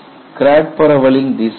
crack பரவலின் திசை என்ன